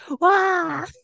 wow